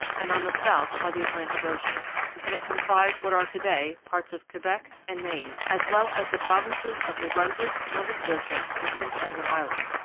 and on the south by the atlantic ocean and it comprised what are to-day parts of quebec and maine, as well as the provinces of new brunswick, nova scotia, and prince edward island.